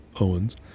owens